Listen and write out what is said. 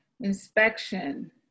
inspection